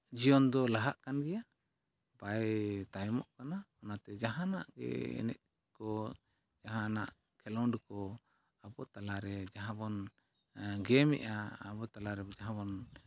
ᱡᱤᱭᱚᱱ ᱫᱚ ᱞᱟᱦᱟᱜ ᱠᱟᱱ ᱜᱮᱭᱟ ᱵᱟᱭ ᱛᱟᱭᱚᱢᱚᱜ ᱠᱟᱱᱟ ᱚᱱᱟᱛᱮ ᱡᱟᱦᱟᱱᱟᱜ ᱜᱮ ᱮᱱᱮᱡ ᱠᱚ ᱡᱟᱦᱟᱱᱟᱜ ᱠᱷᱮᱞᱳᱰ ᱠᱚ ᱟᱵᱚ ᱛᱟᱞᱟᱨᱮ ᱡᱟᱦᱟᱵᱚᱱ ᱜᱮᱢ ᱮᱫᱟ ᱟᱵᱚ ᱛᱟᱞᱮᱨᱮ ᱡᱟᱦᱟᱵᱚᱱ